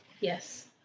Yes